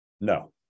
No